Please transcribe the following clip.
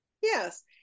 Yes